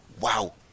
wow